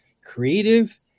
creative